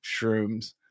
shrooms